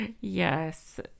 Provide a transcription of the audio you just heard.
yes